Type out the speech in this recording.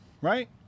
right